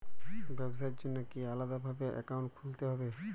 ব্যাবসার জন্য কি আলাদা ভাবে অ্যাকাউন্ট খুলতে হবে?